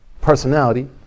personality